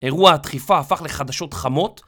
אירוע הדחיפה הפך לחדשות חמות